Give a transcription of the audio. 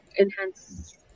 enhance